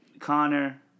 Connor